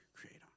creator